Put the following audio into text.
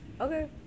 Okay